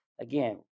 again